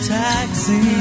taxi